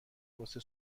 واسه